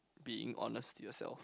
being honest to yourself